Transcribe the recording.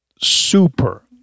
super